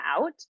out